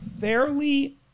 fairly